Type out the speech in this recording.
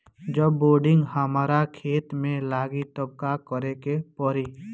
जब बोडिन हमारा खेत मे लागी तब का करे परी?